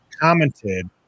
commented